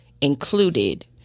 included